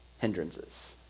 hindrances